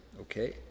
Okay